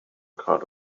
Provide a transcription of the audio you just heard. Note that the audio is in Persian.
کار